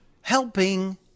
helping